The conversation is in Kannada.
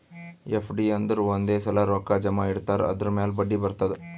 ಎಫ್.ಡಿ ಅಂದುರ್ ಒಂದೇ ಸಲಾ ರೊಕ್ಕಾ ಜಮಾ ಇಡ್ತಾರ್ ಅದುರ್ ಮ್ಯಾಲ ಬಡ್ಡಿ ಬರ್ತುದ್